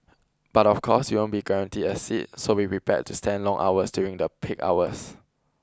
but of course you won't be guaranteed a seat so be prepared to stand long hours during the peak hours